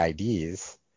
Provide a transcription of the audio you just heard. IDs